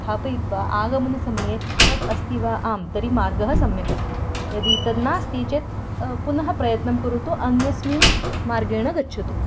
स्थापयित्वा आगमनसमये तत् अस्ति वा आं तर्हि मार्गः सम्यक् अस्ति यदि तद् नास्ति चेत् पुनः प्रयत्नं करोतु अन्यस्मिन् मार्गेण गच्छतु